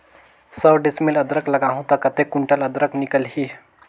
सौ डिसमिल अदरक लगाहूं ता कतेक कुंटल अदरक निकल ही?